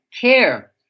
care